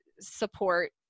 support